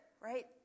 right